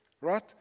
Right